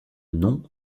nom